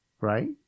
Right